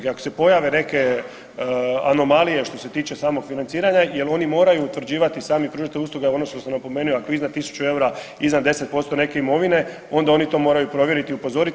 I ako se pojave neke anomalije, što ste tiče samog financiranja, jer oni moraju utvrđivati, sami pružatelj usluga je ono što sam napomenuo, ako je iznad 1000 eura, iznad 10% neke imovine, onda oni to moraju provjeriti i upozoriti.